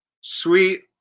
Sweet